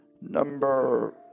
number